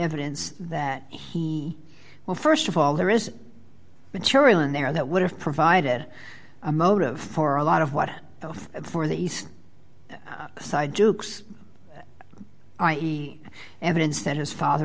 evidence that he well st of all there is material in there that would have provided a motive for a lot of what both for the east side duke's i e evidence that his father